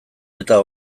eta